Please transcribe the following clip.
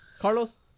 Carlos